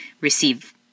receive